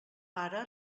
pare